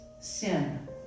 sin